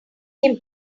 him